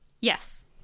Yes